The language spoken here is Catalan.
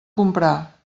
comprar